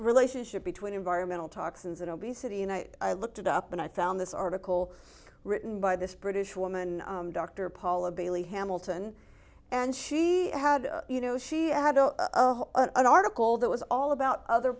relationship between environmental toxins and obesity and i looked it up and i found this article written by this british woman dr paula bailey hamilton and she had you know she added an article that was all about other